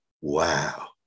wow